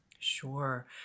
Sure